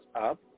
up